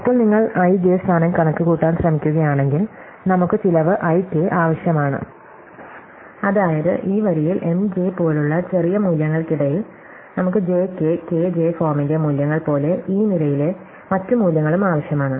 ഇപ്പോൾ നിങ്ങൾ ij സ്ഥാനം കണക്കുകൂട്ടാൻ ശ്രമിക്കുകയാണെങ്കിൽ നമുക്ക് ചിലവ് ik ആവശ്യമാണ് അതായത് ഈ വരിയിൽ M j പോലുള്ള ചെറിയ മൂല്യങ്ങൾക്കിടയിൽ നമുക്ക് jk kj ഫോമിന്റെ മൂല്യങ്ങൾ പോലെ ഈ നിരയിലെ മറ്റ് മൂല്യങ്ങളുo ആവശ്യമാണ്